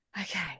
okay